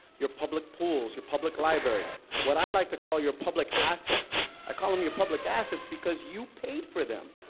your public pools, your public libraries, what i like to call your public assets. i call them your public assets because you paid for them.